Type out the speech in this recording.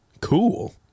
cool